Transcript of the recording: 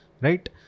right